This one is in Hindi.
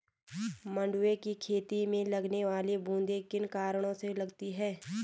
मंडुवे की खेती में लगने वाली बूंदी किन कारणों से लगती है?